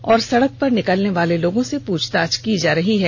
और सड़क पर निकलने वाली लोगों से पुछताछ की जा रही है